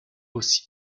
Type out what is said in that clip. aussi